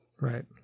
Right